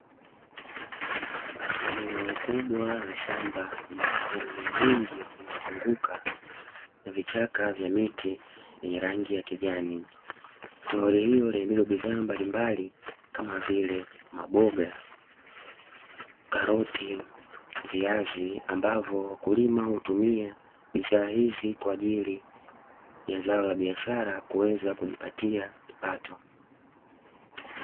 Eneo kubwa la shamba ambalo mimea mingi imezungukwa na vichaka vya miti yenye rangi ya kijani. Pori hili hubeba mazao mbalimbali kama vile, maboga ,karoti na viazi ambavyo, wakulima hutumia mazao haya kwa ajili biashara ili kuweza kujipatia kipato.